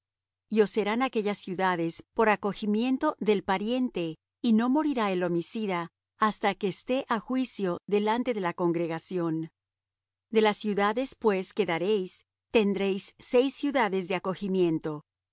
os serán aquellas ciudades por acogimiento del pariente y no morirá el homicida hasta que esté á juicio delante de la congregación de las ciudades pues que daréis tendréis seis ciudades de acogimiento